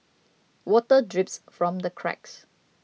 water drips from the cracks